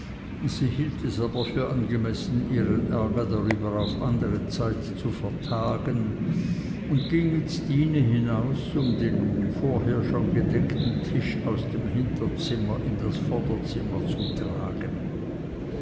sie hielt es aber für angemessen ihren ärger darüber auf andere zeit zu vertagen und ging mit stine hinaus um den schon vorher gedeckten tisch aus dem hinterzimmer in das vorderzimmer zu tragen